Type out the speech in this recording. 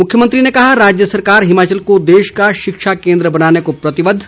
मुख्यमंत्री ने कहा राज्य सरकार हिमाचल को देश का शिक्षा केंद्र बनाने को प्रतिबद्ध